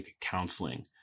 counseling